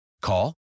Call